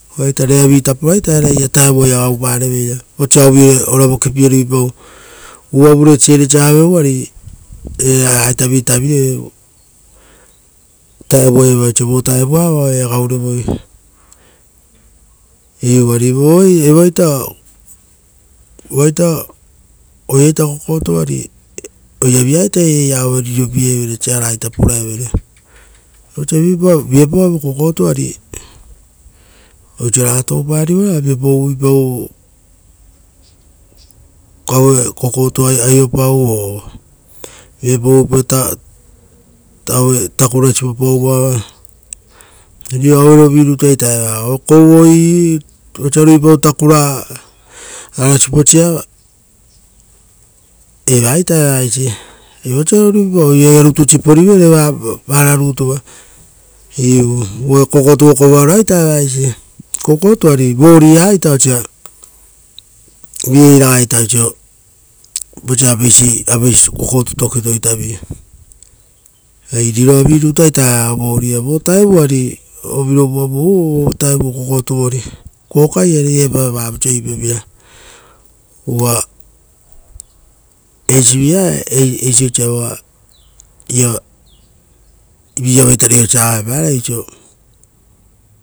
Rera vi tapoa ita era ira vutaiaa gaupa reveira, vosa ovure ora vokipie rui pauu, uva vure ava ruipau, ari era ragaita vi tavireve vuta iava oiso vo vuutaa vao oaia gaurevoi. Iuu ari oiraita kokotu ari, oira via ita eira aue riro pie evereita siara pura evere. Vosa viapau aue kokotu ari oiso raga toupa raviapau uvuipau aue kokotu aio pau o, viapau uvui pau aue takura sipopau voava. Riro aue rovi rutua evara, kou oii, vosa ruipa takura ara siposa, eva ita eva eisi. Ari vosa ruipapau, oire oira rutu siporivere ra vara rutu va. Iuu, uvare kokotu vokovo aroa ita eva eisi. Kokotu, ari vori aa ita osa, vigei raga ita oiso, vosa apeisi vutao ari ovirovu avu rutu ouvo vutaoo kokotu vori. Kokai ari era epao vavoiso ipavira uva eisi via eisi osa vao ia vira vaita reosa aue paraita oiso.